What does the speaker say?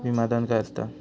विमा धन काय असता?